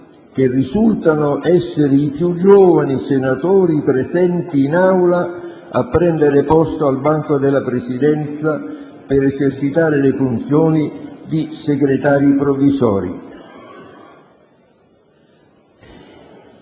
che risultano essere i più giovani senatori presenti in Aula, a prendere posto al banco della Presidenza per esercitare le funzioni di Segretari provvisori.